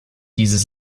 dieses